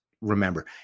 remember